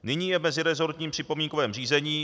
Nyní je v mezirezortním připomínkovém řízení.